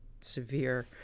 severe